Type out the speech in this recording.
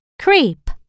creep